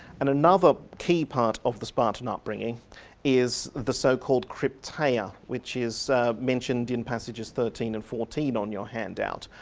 and another key part of the spartan upbringing is the so-called krypteia which is mentioned in passages thirteen and fourteen on your handout,